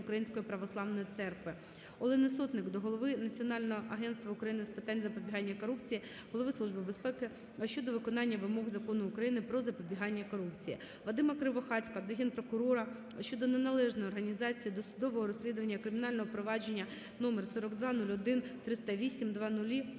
Олени Сотник до Голови Національного агентства України з питань запобігання корупції, Голови Служби безпеки щодо виконання вимог Закону України "Про запобігання корупції".- Вадима Кривохатька до Генпрокурора щодо неналежної організації досудового розслідування кримінального провадження №42013080040000048